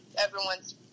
everyone's